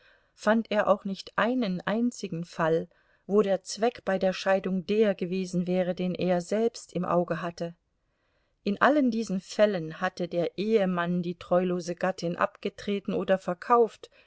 fand er auch nicht einen einzigen fall wo der zweck bei der scheidung der gewesen wäre den er selbst im auge hatte in allen diesen fällen hatte der ehemann die treulose gattin abgetreten oder verkauft